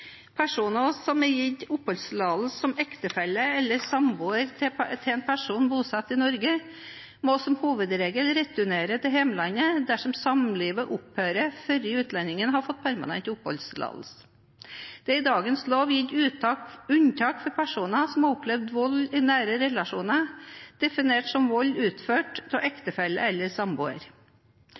Personer som er gitt oppholdstillatelse som ektefelle eller samboer til en person bosatt i Norge, må som hovedregel returnere til hjemlandet dersom samlivet opphører før utlendingen har fått permanent oppholdstillatelse. Det er i dagens lov gitt unntak for personer som har opplevd vold i nære relasjoner, definert som vold utført av ektefelle eller samboer.